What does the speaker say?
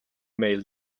may